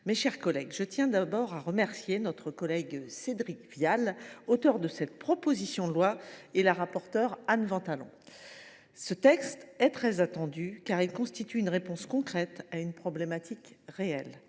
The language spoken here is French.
mes chers collègues, je tiens tout d’abord à remercier notre collègue Cédric Vial, auteur de cette proposition de loi, et la rapporteure Anne Ventalon. Ce texte est très attendu, car il constitue une réponse concrète à un problème réel.